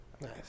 Nice